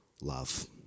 love